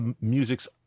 musics